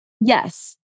Yes